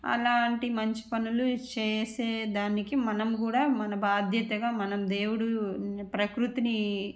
అలాంటి మంచి పనులు చేసే దానికి మనం కూడా మన బాధ్యతగా మనం దేవుడు ప్రకృతిని